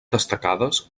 destacades